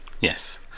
yes